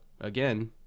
again